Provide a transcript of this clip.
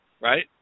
right